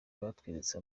batweretse